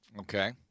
Okay